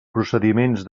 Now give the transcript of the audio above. procediments